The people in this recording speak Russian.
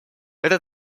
это